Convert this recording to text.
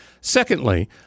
Secondly